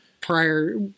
prior